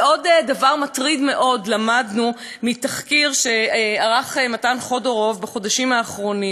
ועוד דבר מטריד מאוד למדנו מתחקיר שערך מתן חודורוב בחודשים האחרונים,